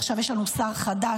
עכשיו יש לנו שר חדש,